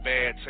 Bad